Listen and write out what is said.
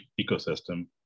ecosystem